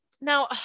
now